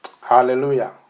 Hallelujah